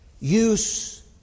use